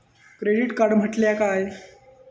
Credit card म्हटल्या काय?